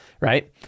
Right